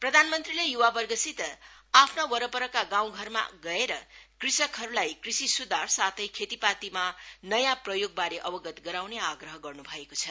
प्रधान मंत्रीले युवावर्गसित आफ्ना बरपरका गाउँघरमा गएर कृषकहरूलाई कृषि सुधार साथै खेतीपातीमा नयाँ प्रयोगबारे अवगत गराउने आग्रह गर्नु भएको छ